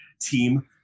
team